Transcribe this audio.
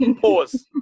Pause